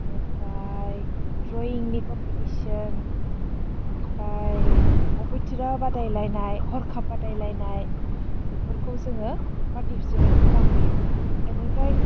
आनिफाय ड्रयिंनि कम्पिटिसन ओमफ्राय अबथिरा बादायलायनाय हरखाब बादायलायनाय बेफोरखौ जोङो पार्टिसिपेट खालामबोयो एनिफ्राय